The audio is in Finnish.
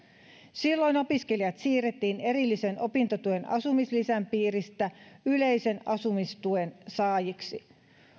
silloin opiskelijat siirrettiin erillisen opintotuen asumislisän piiristä yleisen asumistuen saajiksi